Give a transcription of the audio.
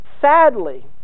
Sadly